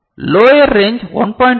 lower range 1